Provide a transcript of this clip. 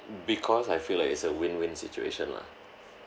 because I feel like it's a win win situation lah